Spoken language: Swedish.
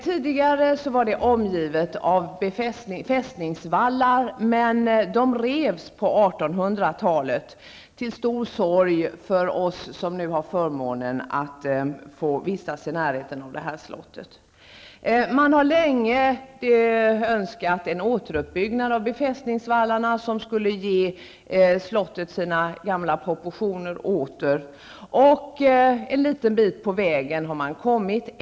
Tidigare var det omgivet av befästningsvallar. Men de revs på 1800-talet, till stor sorg för oss som nu har förmånen att få vistas i närheten av detta slott. Man har länge önskat en återuppbyggnad av befästningsvallarna, som skulle ge slottet sina gamla proportioner åter. En liten bit på väg har man kommit.